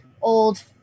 old